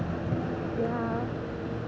ya